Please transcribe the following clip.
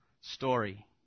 story